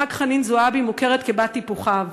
וחה"כ חנין זועבי מוכרת כבת טיפוחיו.